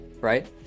right